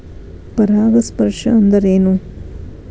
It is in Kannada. ಪರಾಗಸ್ಪರ್ಶ ಅಂದರೇನು?